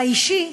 באישי,